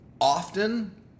often